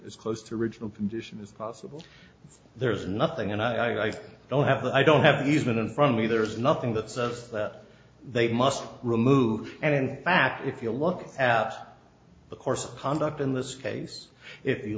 is close to original condition it's possible there's nothing and i don't have the i don't have the easement in front of me there's nothing that says that they must remove and in fact if you look at the course of conduct in this case if you